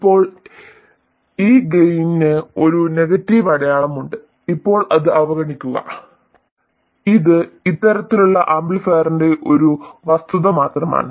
ഇപ്പോൾ ഈ ഗെയിനിന് ഒരു നെഗറ്റീവ് അടയാളമുണ്ട് ഇപ്പോൾ അത് അവഗണിക്കുക ഇത് ഇത്തരത്തിലുള്ള ആംപ്ലിഫയറിന്റെ ഒരു വസ്തുത മാത്രമാണ്